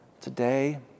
today